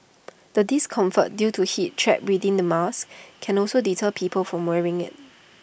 the discomfort due to heat trapped within the mask can also deter people from wearing IT